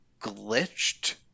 glitched